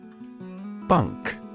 Bunk